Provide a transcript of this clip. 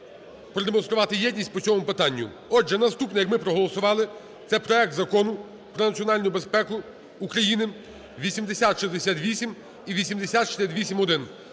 продемонструвати єдність по цьому питанню. Отже, наступне, як ми проголосували, це проект Закону про національну безпеку України (8068 і 8068-1).